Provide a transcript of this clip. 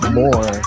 more